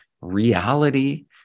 reality